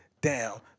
down